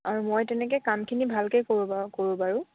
আৰু মই তেনেকে কামখিনি ভালকে কৰোঁ বাৰু কৰোঁ বাৰু